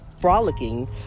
frolicking